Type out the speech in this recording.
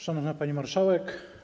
Szanowna Pani Marszałek!